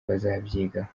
bazabyigaho